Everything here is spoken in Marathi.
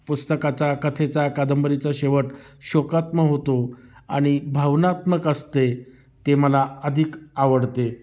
पुस्तकाचा कथेचा कादंबरीचा शेवट शोकात्मक होतो आणि भावनात्मक असते ते मला अधिक आवडते